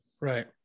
Right